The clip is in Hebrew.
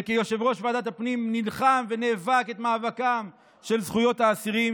שכיושב-ראש ועדת הפנים נלחם ונאבק את מאבק זכויות האסירים,